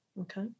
Okay